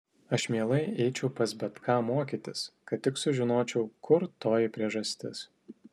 aš mielai eičiau pas bet ką mokytis kad tik sužinočiau kur toji priežastis